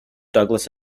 douglas